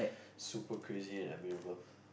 super crazy and admirable